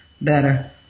better